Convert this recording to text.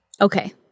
Okay